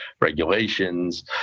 regulations